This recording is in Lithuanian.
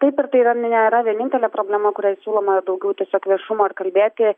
taip ir tai yra nėra vienintelė problema kuria siūloma daugiau tiesiog viešumo ir kalbėti